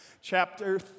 chapter